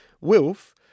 Wilf